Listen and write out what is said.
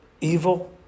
evil